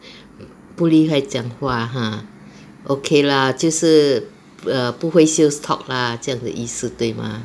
不厉害讲话 !huh! okay lah 就是不会 sales talk lah 这样的意思对吗